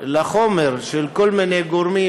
לחומר של כל מיני גורמים,